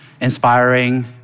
inspiring